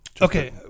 Okay